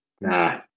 Nah